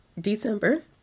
December